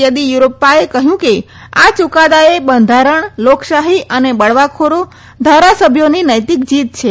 થેદ્દીયુરપ્પાએ કહ્યું કે આ યુકાદાએ બંધારણ લોકશાહી અને બળવાખોરો ધારાસભ્યોની નૈતિક જીત છે